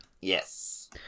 yes